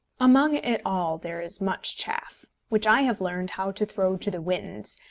among it all there is much chaff, which i have learned how to throw to the winds,